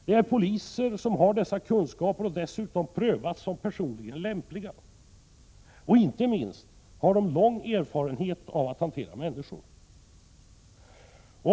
Det är poliser som har dessa kunskaper, och de har dessutom prövats såsom personligen lämpliga. Inte minst har de lång erfarenhet av att hantera människor.